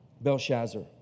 Belshazzar